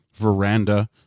veranda